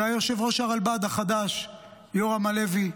זה יושב-ראש הרלב"ד החדש יורם הלוי,